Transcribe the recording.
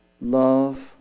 love